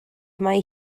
mae